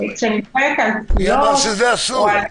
מי אמר שזה אסור?